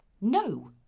no